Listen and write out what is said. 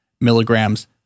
milligrams